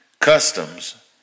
customs